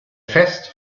fest